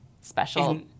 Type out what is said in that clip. special